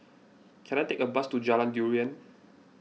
can I take a bus to Jalan Durian